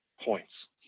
points